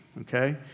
Okay